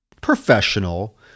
professional